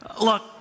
Look